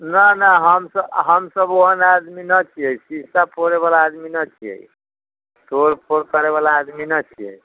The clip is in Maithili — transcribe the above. नहि ने हमसभ हमसभ ओहन आदमी नहि छियै सीसा फोड़ैवला आदमी नहि छियै तोड़ फोड़ करैवला आदमी नहि छियै